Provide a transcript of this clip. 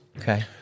okay